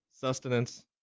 sustenance